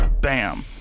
BAM